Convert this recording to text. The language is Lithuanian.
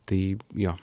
tai jo